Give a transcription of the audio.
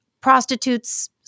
prostitutes